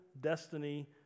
destiny